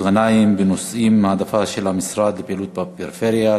גנאים בנושאים: העדפה של המשרד לפעילות בפריפריה,